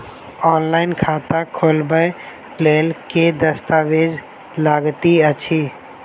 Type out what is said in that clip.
Online खाता खोलबय लेल केँ दस्तावेज लागति अछि?